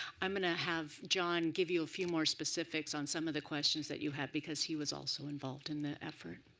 i'm going to have john give you a few more specifics on some of the questions you had because he was also involved in the effort.